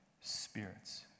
spirits